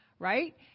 right